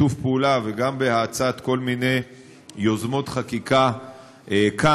בשיתוף פעולה וגם בהאצת כל מיני יוזמות חקיקה כאן,